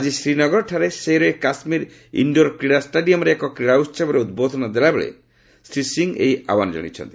ଆଜି ଶ୍ରୀନଗରଠାରେ ସେର୍ ଏ କାଶ୍ମୀର ଇଣ୍ଡୋର୍ କ୍ରୀଡ଼ା ଷ୍ଟାଡିୟମ୍ରେ ଏକ କ୍ରୀଡ଼ା ଉହବରେ ଉଦ୍ବୋଧନ ଦେଲାବେଳେ ଶ୍ରୀ ସିଂ ଏହି ଆହ୍ୱାନ ଜଣାଇଛନ୍ତି